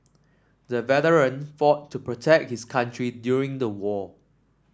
the veteran fought to protect his country during the war